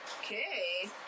Okay